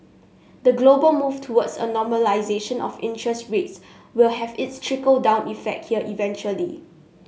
the global move towards a normalisation of interest rates will have its trickle down effect here eventually